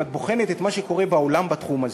אם את בוחנת את מה שקורה בעולם בתחום הזה.